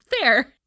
Fair